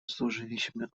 zużyliśmy